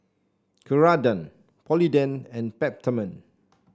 Ceradan Polident and Peptamen